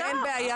אין בעיה,